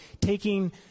taking